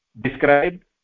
described